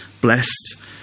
blessed